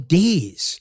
days